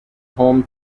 home